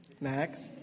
Max